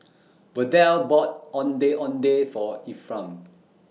Verdell bought Ondeh Ondeh For Ephram